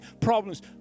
problems